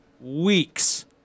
weeks